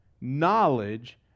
knowledge